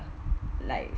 like